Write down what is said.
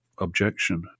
Objection